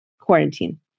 quarantine